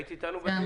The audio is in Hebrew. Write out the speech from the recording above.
היית איתנו בזום?